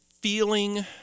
feeling